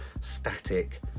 static